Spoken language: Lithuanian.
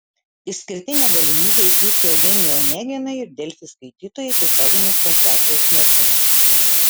išskirtinę galimybę išvysti eugenijų oneginą ir delfi skaitytojai tiesioginės transliacijos metu